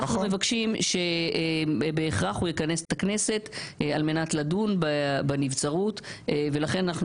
אנחנו מבקשים שבהכרח הוא יכנס את הכנסת על מנת לדון בנבצרות ולכן אנחנו